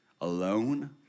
Alone